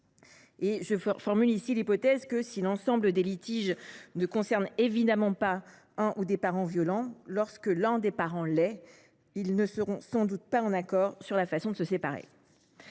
cas. J’avance ici l’hypothèse que, si l’ensemble des litiges ne concernent évidemment pas un ou des parents violents, lorsque tel est le cas, ils ne seront sans doute pas en accord sur la façon de se séparer.